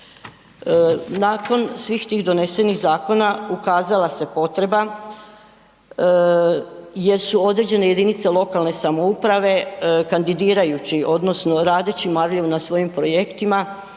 Nakon, svih tih donesenih zakona ukazala se potreba jer su određene jedinice lokalne samouprave kandidirajući odnosno radeći marljivo na svojim projektima